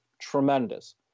tremendous